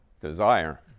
Desire